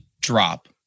drop